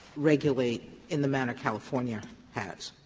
regulate in the manner california has?